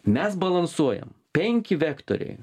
mes balansuojam penki vektoriai